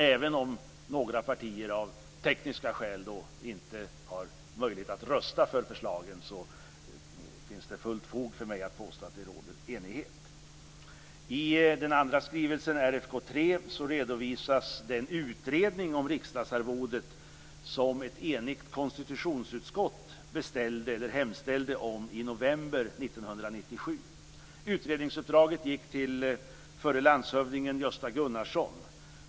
Även om några partier av tekniska skäl inte har möjlighet att rösta för förslagen, har jag fullt fog för mig att påstå att det råder enighet. I den andra skrivelsen, RFK3, redovisas den utredning om riksdagsarvodet som ett enigt konstitutionsutskott hemställde om i november 1997. Utredningsuppdraget gick till förre landshövdingen Gösta Gunnarsson.